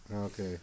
okay